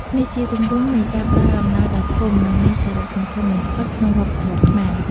នេះជាទម្រង់នៃការផ្តល់អំណោយដ៏ធំ និងមានសារៈសំខាន់បំផុតក្នុងវប្បធម៌ខ្មែរ។